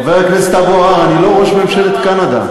חבר הכנסת אבו עראר, אני לא ראש ממשלת קנדה.